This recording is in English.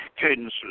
cadences